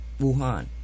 Wuhan